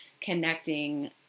connecting